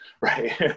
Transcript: right